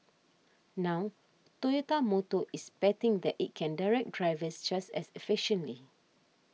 now Toyota Motor is betting that it can direct drivers just as efficiently